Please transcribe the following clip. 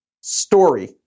Story